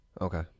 Okay